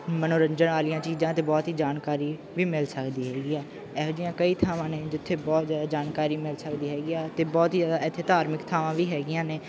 ਮਨੋਰੰਜਨ ਵਾਲੀਆਂ ਚੀਜ਼ਾਂ 'ਤੇ ਬਹੁਤ ਹੀ ਜਾਣਕਾਰੀ ਵੀ ਮਿਲ ਸਕਦੀ ਹੈਗੀ ਹੈ ਇਹੋ ਜਿਹੀਆਂ ਕਈ ਥਾਵਾਂ ਨੇ ਜਿੱਥੇ ਬਹੁਤ ਜ਼ਿਆਦਾ ਜਾਣਕਾਰੀ ਮਿਲ ਸਕਦੀ ਹੈਗੀ ਆ ਅਤੇ ਬਹੁਤ ਹੀ ਜ਼ਿਆਦਾ ਇੱਥੇ ਧਾਰਮਿਕ ਥਾਵਾਂ ਵੀ ਹੈਗੀਆਂ ਨੇ